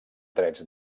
drets